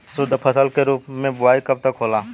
शुद्धफसल के रूप में बुआई कब तक होला?